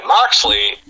Moxley